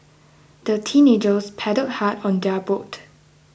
the teenagers paddled hard on their boat